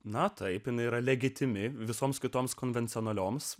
na taip jinai yra legitimi visoms kitoms konvencionalios